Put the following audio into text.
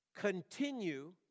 Continue